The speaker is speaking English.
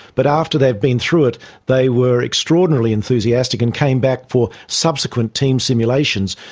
but after they'd been through it they were extraordinarily enthusiastic and came back for subsequent team simulations.